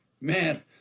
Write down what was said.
Man